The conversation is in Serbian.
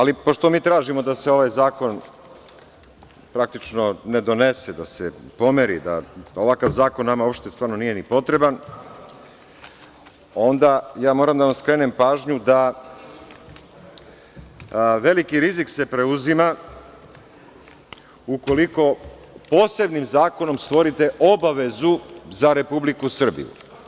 Ali, pošto mi tražimo da se ovaj zakon praktično ne donese, da se pomeri, jer nam ovakav zakon stvarno nije ni potreban, onda ja moram da vam skrenem pažnju da se veliki rizik preuzima ukoliko posebnim zakonom stvorite obavezu za Republiku Srbiju.